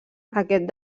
aquest